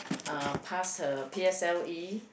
uh pass her p_s_l_e